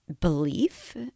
belief